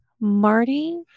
Marty